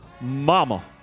mama